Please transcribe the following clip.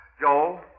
Joel